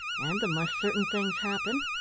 and unless certain things happen,